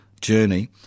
journey